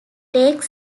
lake